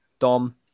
Dom